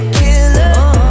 killer